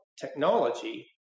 technology